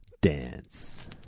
Dance